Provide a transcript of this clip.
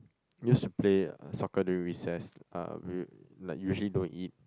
use to play uh soccer during recess uh we like usually don't eat